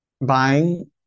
buying